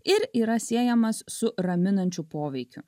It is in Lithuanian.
ir yra siejamas su raminančiu poveikiu